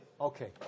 Okay